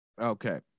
Okay